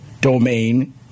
domain